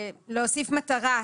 להוסיף מטרה,